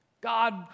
God